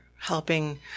helping